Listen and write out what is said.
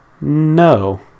no